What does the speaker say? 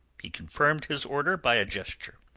he confirmed his order by a gesture.